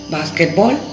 Basketball